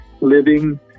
living